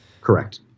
Correct